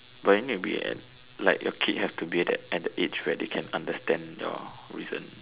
but then you'll be at like your kid have to be at at the age where they can understand your reason